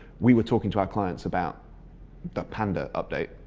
we were talking to our clients about the panda update.